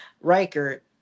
Riker